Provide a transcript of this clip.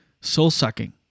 soul-sucking